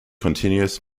continuous